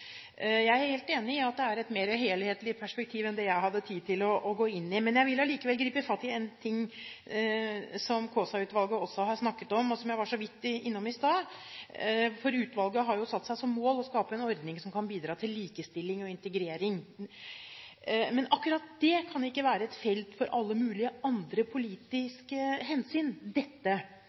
Jeg er helt enig i at det er et mer helhetlig perspektiv enn det jeg hadde tid til å gå inn i. Jeg vil allikevel gripe fatt i en ting som Kaasa-utvalget også har snakket om, og som jeg var så vidt innom i stad, for utvalget har satt seg som mål å skape en ordning som kan bidra til likestilling og integrering. Men akkurat det kan ikke være et felt for alle mulige andre politiske hensyn